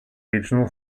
regional